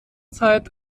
zeit